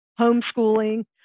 homeschooling